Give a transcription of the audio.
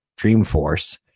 Dreamforce